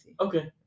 Okay